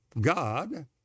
God